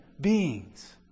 beings